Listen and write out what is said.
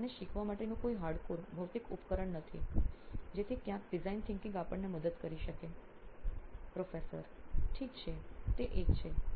અને શીખવા માટેનું કોઈ હાર્ડકોર ભૌતિક ઉપકરણ નથી જેથી ક્યાંક ડિઝાઇન વિચારસરણી આપણને મદદ કરી શકે પ્રાધ્યાપક ઠીક છે તે એક છે